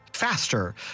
faster